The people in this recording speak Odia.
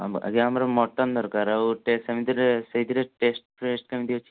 ଆଜ୍ଞା ଆମର ମଟନ୍ ଦରକାର ଆଉ ସେମିତିରେ ସେଥିରେ ଟେଷ୍ଟଫେଷ୍ଟ କେମିତି ଅଛି